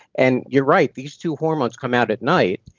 and you're right, these two hormones come out at night,